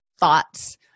thoughts